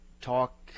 talk